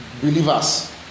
believers